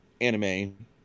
anime